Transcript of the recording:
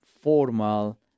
formal